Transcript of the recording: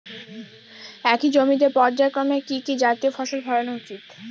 একই জমিতে পর্যায়ক্রমে কি কি জাতীয় ফসল ফলানো উচিৎ?